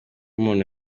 umuntu